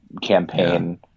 campaign